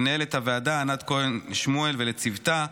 למנהלת הוועדה ענת כהן שמואל ולצוותה,